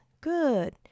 Good